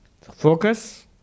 Focus